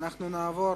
נעבור